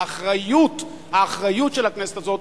האחריות של הכנסת הזאת,